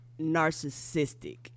narcissistic